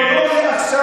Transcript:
או לא לעכשיו,